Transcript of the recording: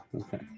okay